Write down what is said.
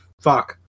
fuck